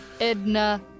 Edna